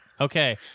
Okay